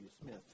Smith